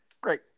Great